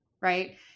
Right